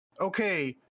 okay